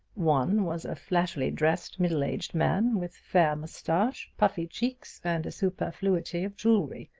one was a flashily dressed, middle-aged man, with fair mustache, puffy cheeks, and a superfluity of jewelry.